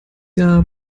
jahr